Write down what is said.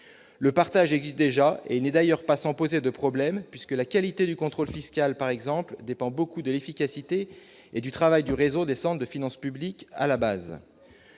le partage existe déjà et n'est d'ailleurs pas sans poser de problème puisque la qualité du contrôle fiscal, par exemple, dépend beaucoup de l'efficacité et du travail du réseau de finances publiques à la base,